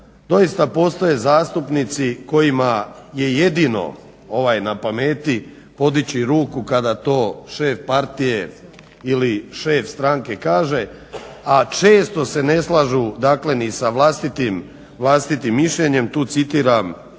doista postoje zastupnici kojima je jedino na pameti podići ruku kada to šef partije ili šef stranke kaže, a često se ne slažu ni sa vlastitim mišljenjem. Tu citiram